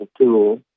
tool